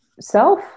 self